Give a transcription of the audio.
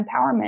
empowerment